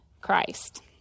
Christ